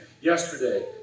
yesterday